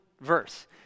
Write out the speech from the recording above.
verse